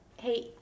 hey